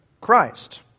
Christ